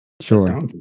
sure